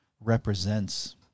represents